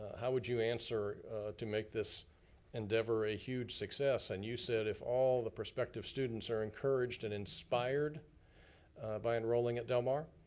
how would you answer to make this endeavor a huge success. and you said, if all the prospective students are encouraged and inspired by enrolling at del mar,